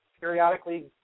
periodically